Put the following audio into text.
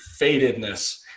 fadedness